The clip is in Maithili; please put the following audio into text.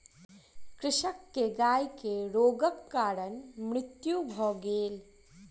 कृषक के गाय के रोगक कारण मृत्यु भ गेल